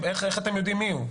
איך אתם יודעים מי הוא?